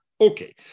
Okay